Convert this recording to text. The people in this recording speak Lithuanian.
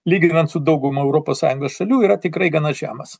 lyginant su dauguma europos sąjungos šalių yra tikrai gana žemas